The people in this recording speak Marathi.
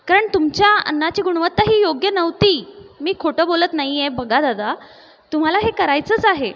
कारण तुमच्या अन्नाची गुणवत्ता ही योग्य नव्हती मी खोटं बोलत नाही आहे बघा दादा तुम्हाला हे करायचंच आहे